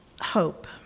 hope